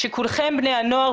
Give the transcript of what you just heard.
שכולכם בני הנוער,